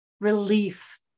relief